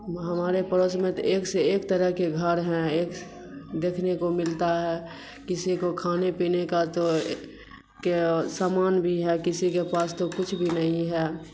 ہمارے پڑوس میں تو ایک سے ایک طرح کے گھر ہیں ایک دیکھنے کو ملتا ہے کسی کو کھانے پینے کا تو کے سامان بھی ہے کسی کے پاس تو کچھ بھی نہیں ہے